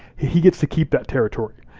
he gets to keep that territory.